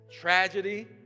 tragedy